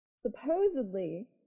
Supposedly